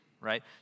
right